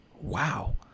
Wow